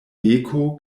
beko